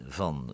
van